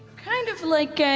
kind of like and